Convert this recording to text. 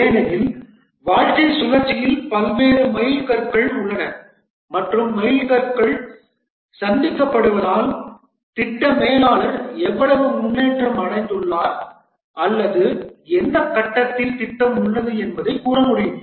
ஏனெனில் வாழ்க்கைச் சுழற்சியில் பல்வேறு மைல்கற்கள் உள்ளன மற்றும் மைல்கற்கள் சந்திக்கப்படுவதால் திட்ட மேலாளர் எவ்வளவு முன்னேற்றம் அடைந்துள்ளார் அல்லது எந்த கட்டத்தில் திட்டம் உள்ளது என்பதைக் கூற முடியும்